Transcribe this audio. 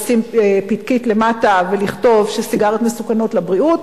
לשים פתקית למטה ולכתוב שסיגריות מסוכנות לבריאות.